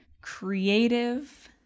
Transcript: creative